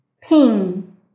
Ping